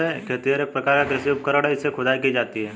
खेतिहर एक प्रकार का कृषि उपकरण है इससे खुदाई की जाती है